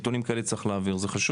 זה חשוב.